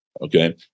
okay